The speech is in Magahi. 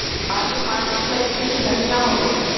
बाली माटी तई की धनिया होबे?